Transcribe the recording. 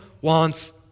wants